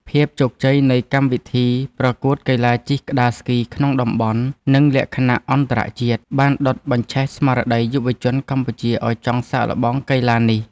ភាពជោគជ័យនៃកម្មវិធីប្រកួតកីឡាជិះក្ដារស្គីក្នុងតំបន់ និងលក្ខណៈអន្តរជាតិ បានដុតបញ្ឆេះស្មារតីយុវជនកម្ពុជាឱ្យចង់សាកល្បងកីឡានេះ។